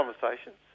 conversations